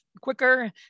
quicker